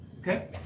okay